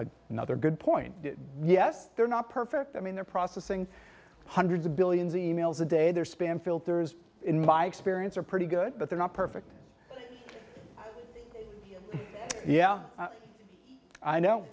domain another good point yes they're not perfect i mean they're processing hundreds of billions e mails a day their spam filters in my experience are pretty good but they're not perfect yeah i know